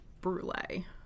brulee